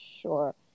sure